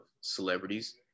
celebrities